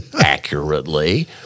accurately